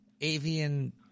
avian